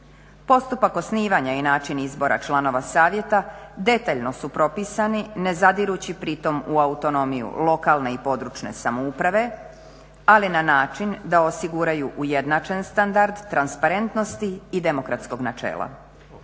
Postupak osnivanja i način izbora članova savjeta detaljno su propisani, ne zadirući pritom u autonomiju lokalne i područne samouprave, ali na način da osiguraju ujednačen standard transparentnosti i demokratskog načela.